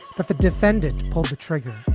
but the defendant pulled the trigger,